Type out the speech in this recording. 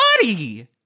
body